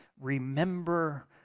remember